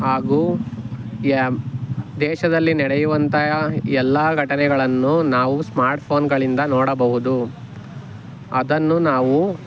ಹಾಗೂ ಯಾ ದೇಶದಲ್ಲಿ ನಡೆಯುವಂತಹ ಎಲ್ಲ ಘಟನೆಗಳನ್ನು ನಾವು ಸ್ಮಾರ್ಟ್ಫೋನ್ಗಳಿಂದ ನೋಡಬಹುದು ಅದನ್ನು ನಾವು